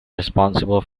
responsible